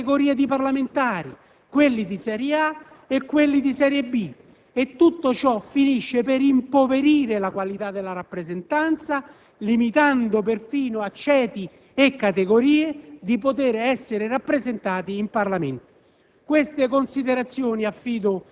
significa che si determinano due categorie di parlamentari - quelli di serie A e quelli di serie B - e tutto ciò finisce per impoverire la qualità della rappresentanza, limitando perfino a ceti e categorie la possibilità di essere rappresentati in Parlamento.